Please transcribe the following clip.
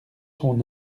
son